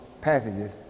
passages